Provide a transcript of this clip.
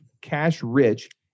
cash-rich